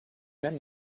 même